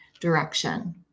direction